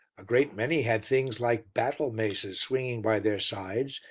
a great many had things like battle-maces swinging by their sides,